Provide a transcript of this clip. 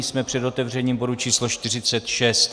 Jsme před otevřením bodu číslo 46.